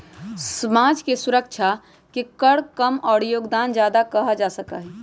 समाज के सुरक्षा के कर कम और योगदान ज्यादा कहा जा सका हई